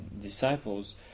disciples